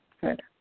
Good